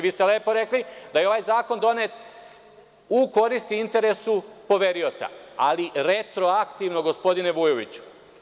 Vi ste lepo rekli da je ovaj zakon donet u korist interesu poverioca, ali retroaktivno, gospodine Vujoviću.